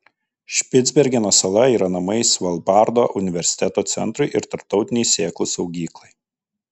špicbergeno sala yra namai svalbardo universiteto centrui ir tarptautinei sėklų saugyklai